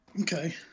Okay